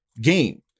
game